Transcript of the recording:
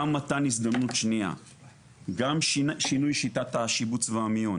גם מתן הזדמנות שניה גם שינה שינוי שיטת השיבוץ והמיון